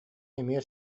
эмиэ